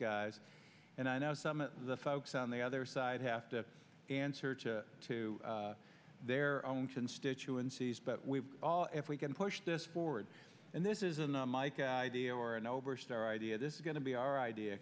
guys and i know some of the folks on the other side have to answer to their own constituencies but we all if we can push this forward and this isn't the mike idea or and oberstar idea this is going to be our idea